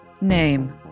Name